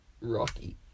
Rocky